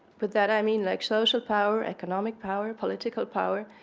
but that, i mean, like social power, economic power, political power.